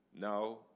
Now